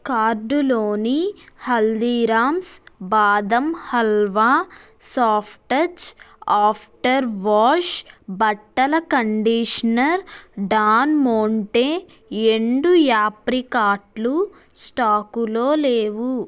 కార్టులోని హల్దీరామ్స్ బాదం halwa softouch after wash బట్టల కండిషనర్ డాన్ మోన్టే ఎండు యాప్రికాట్లు స్టాకులో లేవు